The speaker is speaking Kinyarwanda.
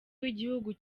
w’igihugu